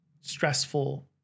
stressful